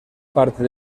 parte